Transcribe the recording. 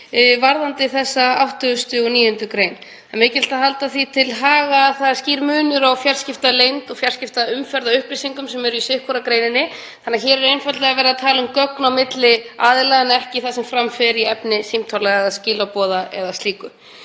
varðandi þessa 89. gr. Það er mikilvægt að halda því til haga að það er skýr munur á fjarskiptaleynd og fjarskiptaumferð á upplýsingum, sem er í sitthvorri greininni. Hér er einfaldlega verið að tala um gögn á milli aðila en ekki það sem fram fer í efni símtala eða skilaboða eða slíku.